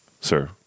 Sir